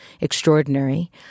extraordinary